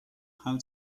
how